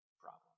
problem